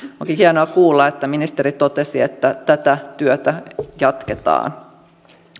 onkin hienoa kuulla että ministeri totesi että tätä työtä jatketaan